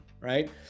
right